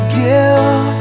give